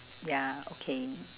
ya okay